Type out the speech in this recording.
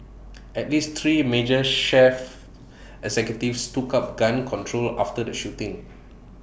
at least three major chief executives took up gun control after the shooting